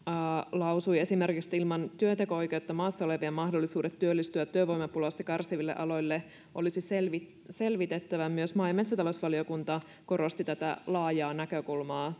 lausui että ilman työnteko oikeutta maassa olevien mahdollisuudet työllistyä työvoimapulasta kärsiville aloille olisi selvitettävä selvitettävä myös maa ja metsätalousvaliokunta korosti tulevaisuuden hankkeisiin tätä laajaa näkökulmaa